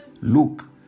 look